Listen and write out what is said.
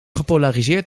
gepolariseerd